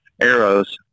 arrows